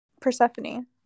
Persephone